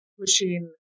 pushing